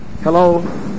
Hello